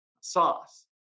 sauce